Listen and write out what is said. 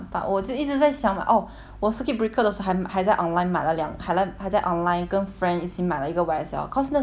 我 circuit breaker 的时还还在 online 买了两还来还在 online 跟 friend 一起买了一个 Y_S_L cause 那时候 Y_S_L is doing promotion